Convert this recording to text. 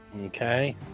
Okay